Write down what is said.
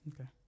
Okay